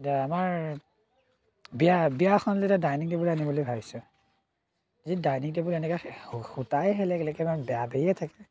এতিয়া আমাৰ বিয়া বিয়া এখনলৈ এতিয়া ডাইনিং টেবুল আনিম বুলি ভাবিছোঁ যদি ডাইনিং টেবুল এনেকুৱা খুটাই হেলেকলেক ইমান বেয়া বেয়িয়েই থাকে